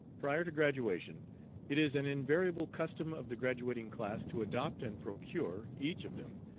prior to graduation it is an invariable custom of the graduating class to adopt and procure, each of them,